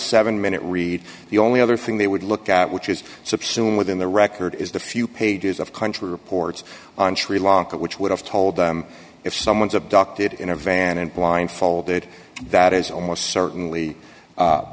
seven minute read the only other thing they would look at which is subsume within the record is the few pages of country reports on sri lanka which would have told if someone's abducted in a van and blindfolded that is almost certainly